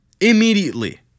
Immediately